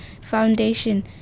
Foundation